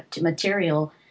material